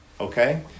okay